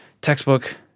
textbook